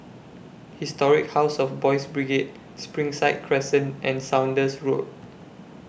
Historic House of Boys' Brigade Springside Crescent and Saunders Road